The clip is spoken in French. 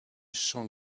champs